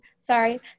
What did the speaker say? sorry